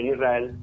Israel